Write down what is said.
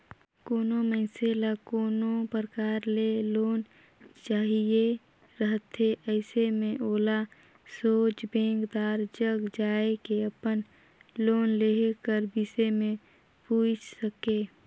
कोनो मइनसे ल कोनो परकार ले लोन चाहिए रहथे अइसे में ओला सोझ बेंकदार जग जाए के अपन लोन लेहे कर बिसे में पूइछ सके